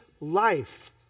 life